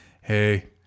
hey